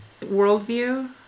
worldview